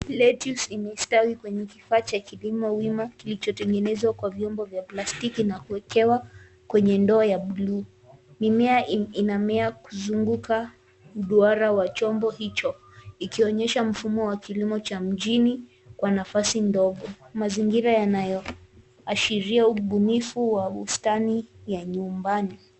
Lettuce imestawi kwenye kifaa cha kilimo wima kilicho tengenezwa kwa vyombo vya plastiki na kuwekewa kwenye ndoo ya blue mimea inamea kuzunguka duara wa chombo hicho ikionyesha mfumo wa kilimo cha mjini kwa nafasi ndogo. Mazingira yakiashiria ubunifu wa bustani wa nyumbani.